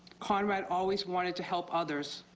conrad always wanted to help others.